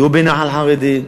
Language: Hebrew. יהיו בנח"ל החרדי.